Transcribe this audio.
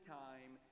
time